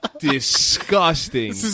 Disgusting